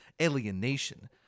alienation